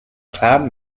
cloud